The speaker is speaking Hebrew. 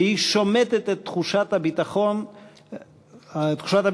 והיא שומטת את תחושת הביטחון ההכרחית